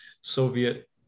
Soviet